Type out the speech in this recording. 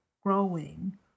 growing